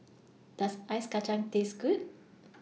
Does Ice Kacang Taste Good